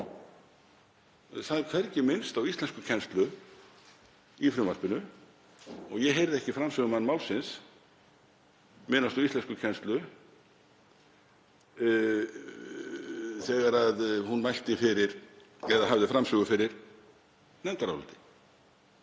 Það er hvergi minnst á íslenskukennslu í frumvarpinu og ég heyrði ekki framsögumann málsins minnast á íslenskukennslu þegar hún hafði framsögu fyrir nefndaráliti.